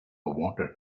wanted